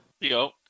Yo